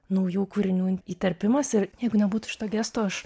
naujų kūrinių įterpimas ir jeigu nebūtų šito gesto aš